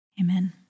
Amen